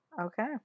Okay